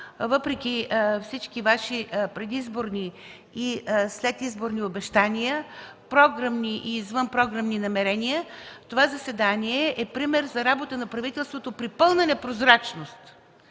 въпреки всички Ваши предизборни и следизборни обещания, програмни и извънпрограмни намерения това заседание е пример за работа на правителството при пълна непрозрачност